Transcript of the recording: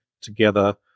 together